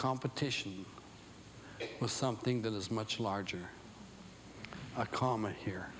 competition with something that is much larger a comma here